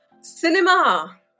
Cinema